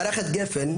מערכת גפ"ן,